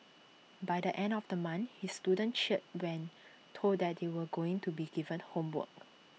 by the end of the month his students cheered when told that they were going to be given homework